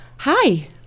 hi